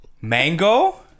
Mango